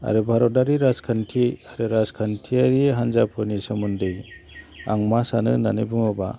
आरो भारतआरि राजखान्थि आरो राजखान्थियारि हान्जाफोरनि सोमोन्दै आं मा सानो होन्नानै बुङोबा